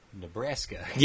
Nebraska